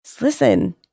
Listen